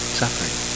suffering